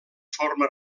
forma